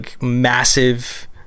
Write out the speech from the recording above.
massive